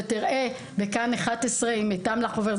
ותראה בכאן 11 עם איתם לחובר,